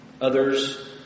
Others